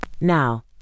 Now